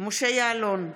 משה יעלון,